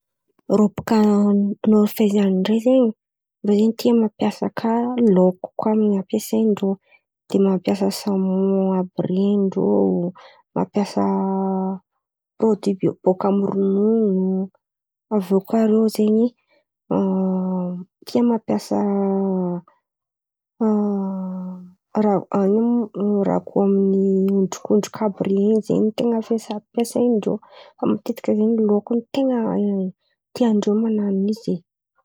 Rô bòka Norvezy any ndray zen̈y, rô zen̈y tia mampiasa kà laoko kà ampiasain-drô. De mampiasa samô àby ren̈y rô. Mampiasa pirôdÿ bòka amy ronono. Aviô kà rô zen̈y tia mampiasa raha ino ma? Raha bòka amin'ny ôndrikôndriky àby ren̈y zen̈y ten̈a fiasa fampiasain-drô. Fa matetiky zen̈y laoko ny ten̈a tiandrô manano izy.